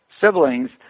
siblings